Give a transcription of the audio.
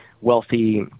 wealthy